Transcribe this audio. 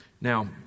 Now